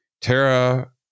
Tara